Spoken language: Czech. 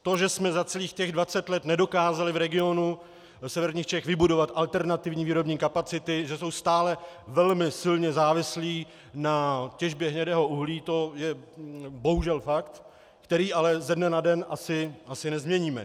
To, že jsme za celých těch dvacet let nedokázali v regionu severních Čech vybudovat alternativní výrobní kapacity, že jsou stále velmi silně závislí na těžbě hnědého uhlí, to je bohužel fakt, který ale ze dne na den asi nezměníme.